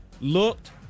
looked